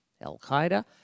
Al-Qaeda